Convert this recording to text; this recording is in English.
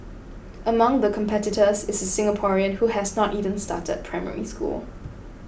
among the competitors is a Singaporean who has not even started Primary School